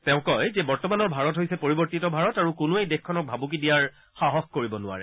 তেওঁ কয় যে বৰ্তমানৰ ভাৰত হৈছে পৰিৱৰ্তিত ভাৰত আৰু কোনোৱেই দেশখনক ভাবুকি দিয়াৰ সাহস কৰিব নোৱাৰে